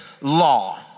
law